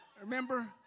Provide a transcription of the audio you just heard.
Remember